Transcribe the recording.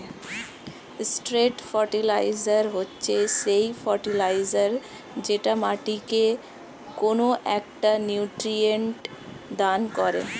straight fertilizer হচ্ছে সেই fertilizer যেটা মাটিকে কোনো একটা নিউট্রিয়েন্ট দান করে